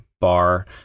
bar